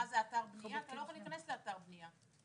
זה אתר בנייה אתה לא יכול להיכנס לאתר בנייה.